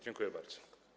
Dziękuję bardzo.